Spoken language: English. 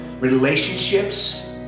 Relationships